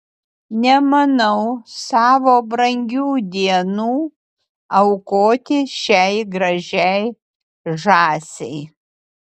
nemanau savo brangių dienų aukoti šiai gražiai žąsiai